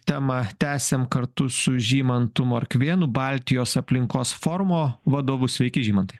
temą tęsiam kartu su žymantu morkvėnu baltijos aplinkos forumo vadovu sveiki žymantai